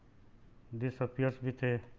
this appears with a